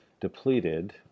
depleted